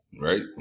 right